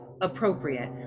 appropriate